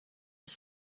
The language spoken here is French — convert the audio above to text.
des